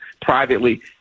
privately